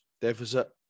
deficit